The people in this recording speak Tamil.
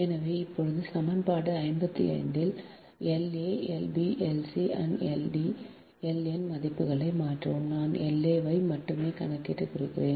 எனவே இப்போது சமன்பாடு 55 இல் La Lb Lc and L n மதிப்புகளை மாற்றவும் நாம் La ஐ மட்டுமே கணக்கிட்டுள்ளோம்